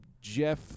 Jeff